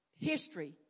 history